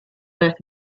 earth